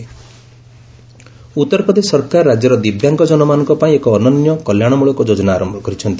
UP ଦିବ୍ୟାଙ୍ଗ scheme Uttar Pradesh ସରକାର ରାଜ୍ୟର ଦିବ୍ୟାଙ୍ଗ ଜନମାନଙ୍କ ପାଇଁ ଏକ ଅନନ୍ୟ କଲ୍ୟାଣମୂଳକ ଯୋଜନା ଆରମ୍ଭ କରିଛନ୍ତି